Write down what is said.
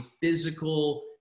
physical